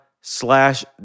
slash